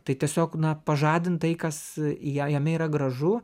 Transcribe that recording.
tai tiesiog na pažadint tai kas ja jame yra gražu